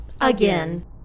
Again